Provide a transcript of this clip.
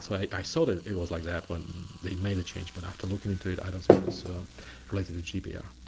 so i thought so that it was like that when they made the change. but after looking into it, i don't think it was so related to gdpr.